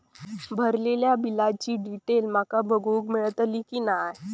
भरलेल्या बिलाची डिटेल माका बघूक मेलटली की नाय?